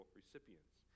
recipients